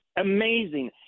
amazing